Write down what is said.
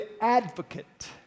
advocate